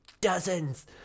dozens